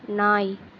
நாய்